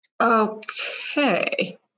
Okay